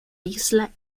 isla